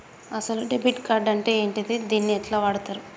అసలు debit card అంటే ఏంటిది? దీన్ని ఎట్ల వాడుతరు?